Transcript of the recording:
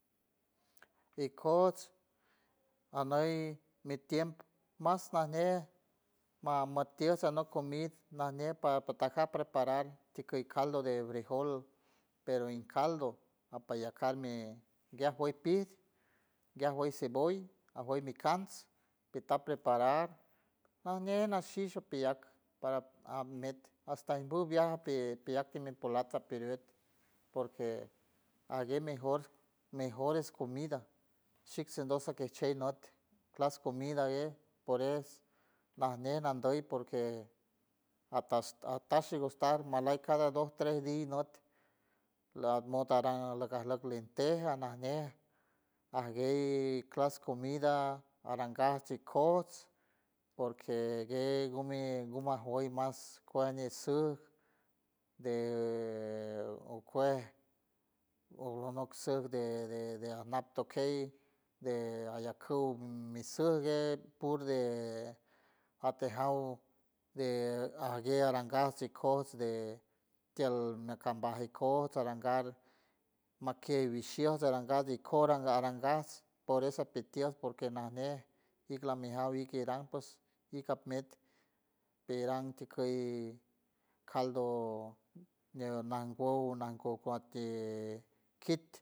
Ikots anoy mi tiempo mas nañej ma matias anok comid nañe pa patiar preparar tikoy caldo de frijol pero en caldo apeyacar mi guieja pis ya juey cebolla ajuey mi cans pitar preparar najñe nashix apiyak para amet hasta envu viaja peyat ti mempolat aperiet porque aguey mejor mejores comida shix sendos aque sheys not clas comida aguer por es najñe nandey porque atash atash y gustar malay cada dos tres días not leat mon aran arlok linteja najñe aguey clas comida arangay ikots porque guey gumi gumi ajiow mas cueñi sus dee ucue ulunok ser de de anak tokey de ayarcu misur guey puru de atejaw de aguey arangas ikots de tiold miacamba ikots arangar makie vishios arangas di cora arangas por eso apitield porque najñe igla mijar ikiran pues iga met peran tikey caldo de nanwow nanwow cuoti e kit.